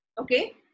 Okay